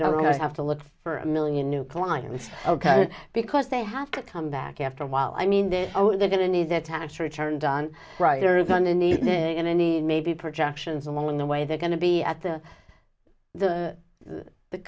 don't have to look for a million new clients ok because they have to come back after a while i mean that they're going to need that tax return done brighter than anything in any maybe projections along the way they're going to be at the the the